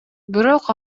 бирок